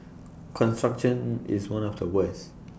construction is one of the worst